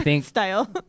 style